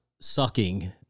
sucking